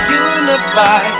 unify